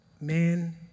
man